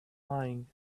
lying